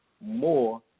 more